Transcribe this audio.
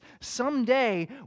Someday